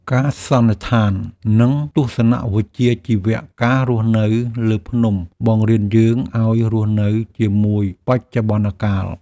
ការសន្និដ្ឋាន និងទស្សនវិជ្ជាជីវៈការរស់នៅលើភ្នំបង្រៀនយើងឱ្យរស់នៅជាមួយបច្ចុប្បន្នកាល។